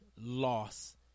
loss